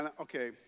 Okay